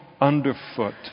underfoot